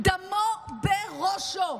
דמו בראשו.